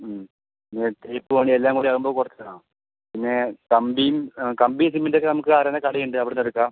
ഉം പിന്നെ തേപ്പുപണി എല്ലാം കൂടിയാകുമ്പോൾ കുറച്ച് ആ പിന്നെ കമ്പിയും കമ്പിയും സിമെൻറ്റും ഒക്കെ നമുക്ക് അറിയാവുന്ന കടയുണ്ട് അവിടുന്നെടുക്കാം